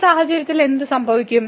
ഈ സാഹചര്യത്തിൽ എന്ത് സംഭവിക്കും